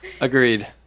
Agreed